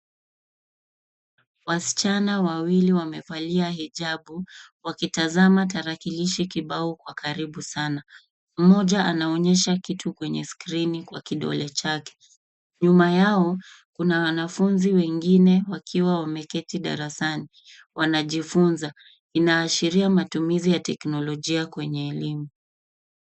Wasichana wawili wamevalia hijabu wakitazama tarakilishi kibao kwa karibu sana. Mmoja anaonyesha kitu kwenye skrini kwa kidole chake. Nyuma yao kuna wanafunzi wengine wakiwa wameketi darasani wanajifunza. Inaashiria matumizi ya teknolojia kwenye elimu.